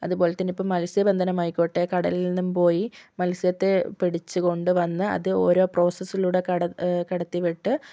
അതുപോലെ തന്നെ ഇപ്പോൾ മത്സ്യബന്ധനം ആയിക്കോട്ടെ കടലിൽ നിന്നും പോയി മത്സ്യത്തെ പിടിച്ച് കൊണ്ട് വന്ന് അത് ഓരോ പ്രോസസ്സിലൂടെ കടന്ന് കടത്തി വിട്ട്